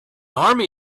army